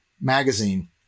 Magazine